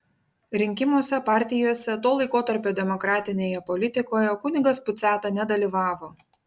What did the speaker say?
rinkimuose partijose to laikotarpio demokratinėje politikoje kunigas puciata nedalyvavo